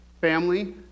Family